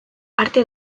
arte